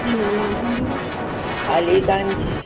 इहे नाला आहिनि दीदी अलीगंज